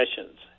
sessions